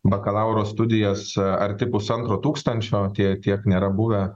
bakalauro studijas arti pusantro tūkstančio tiek tiek nėra buvę